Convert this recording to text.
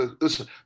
Listen